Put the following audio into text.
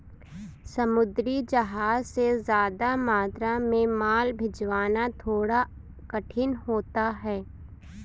समुद्री जहाज से ज्यादा मात्रा में माल भिजवाना थोड़ा कठिन होता है